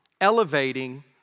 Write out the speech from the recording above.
Elevating